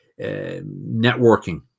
networking